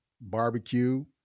barbecue